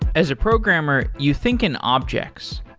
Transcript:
as a programmer, you think an object.